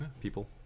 people